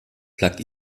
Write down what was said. plug